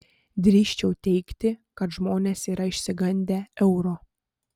drįsčiau teigti kad žmonės yra išsigandę euro